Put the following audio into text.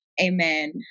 Amen